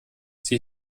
sie